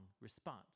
response